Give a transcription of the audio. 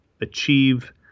achieve